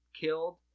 killed